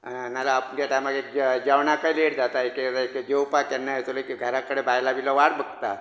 नाजाल्यार अमक्या टायमार एक जेवणाक लेट जाता एक एक जेवपाक केन्ना येतलो घरा कडेन बायलां बियलां वाट बगतात